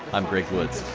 i'm greg woods.